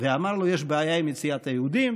ואמר לו: יש בעיה עם יציאת היהודים,